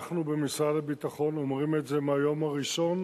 אנחנו במשרד הביטחון אומרים את זה מהיום הראשון